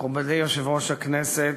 מכובדי יושב-ראש הכנסת,